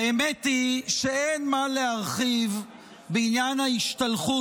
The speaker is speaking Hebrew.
האמת היא שאין מה להרחיב בעניין ההשתלחות